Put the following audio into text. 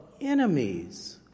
enemies